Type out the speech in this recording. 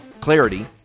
Clarity